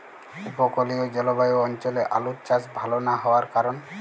উপকূলীয় জলবায়ু অঞ্চলে আলুর চাষ ভাল না হওয়ার কারণ?